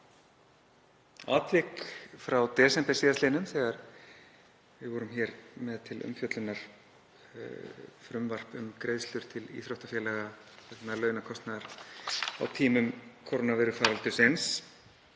atvik frá desember síðastliðnum þegar við vorum hér með til umfjöllunar frumvarp um greiðslur til íþróttafélaga vegna launakostnaðar á tímum kórónuveirufaraldursins